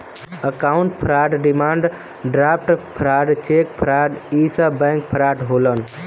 account fraud demand draft fraud cheque fraud इ सब bank fraud होलन